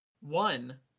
one